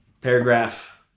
Paragraph